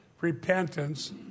repentance